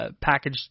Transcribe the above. package